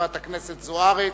חברת הכנסת אורית זוארץ.